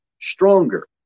stronger